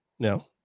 No